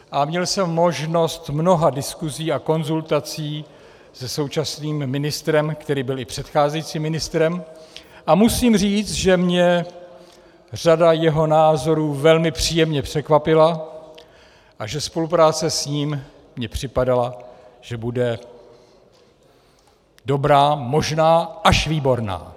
A měl jsem možnost mnoha diskusí a konzultací se současným ministrem, který byl i předcházejícím ministrem, a musím říct, že mě řada jeho názorů velmi příjemně překvapila a že spolupráce s ním mi připadala, že bude dobrá, možná až výborná.